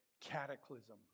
cataclysm